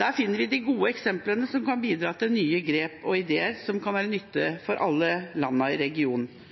Der finner vi de gode eksemplene, som kan bidra til nye grep og ideer som kan være nyttige for alle landa i regionen.